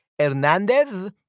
Hernández